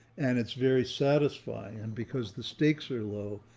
and it's very satisfying. and because the stakes are low,